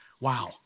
Wow